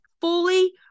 fully